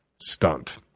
stunt